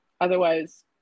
otherwise